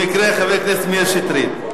במקרה, חבר הכנסת מאיר שטרית.